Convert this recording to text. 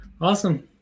Awesome